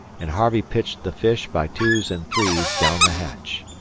and harvey pitched the fish by twos and threes down the hatch.